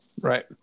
Right